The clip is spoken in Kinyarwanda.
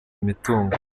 imitungo